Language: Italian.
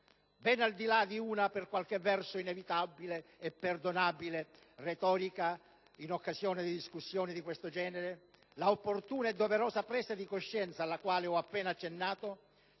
Ben al di là della retorica, per qualche verso inevitabile e perdonabile in occasione di discussioni di questo genere, l'opportuna e doverosa presa di coscienza alla quale ho appena accennato